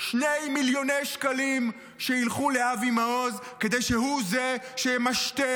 2 מיליון שקלים שילכו לאבי מעוז כדי שהוא זה שימשטר,